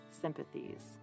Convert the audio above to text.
sympathies